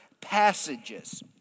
passages